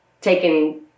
taking